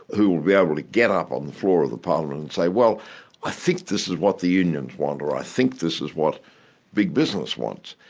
who'll be able to get up on the floor of the parliament and say, well i think this is what the unions want, or, i think this is what big business wants.